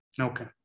Okay